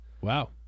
Wow